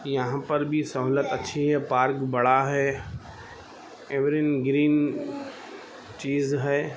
یہاں پر بھی سہولت اچھی ہے پارک بڑا ہے ایورن گرین چیز ہے